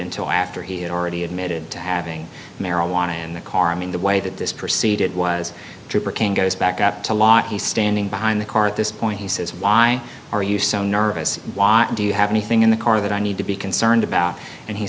until after he had already admitted to having marijuana in the car i mean the way that this proceeded was trooper king goes back up to la he's standing behind the car at this point he says why are you so nervous why do you have anything in the car that i need to be concerned about and he